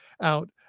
out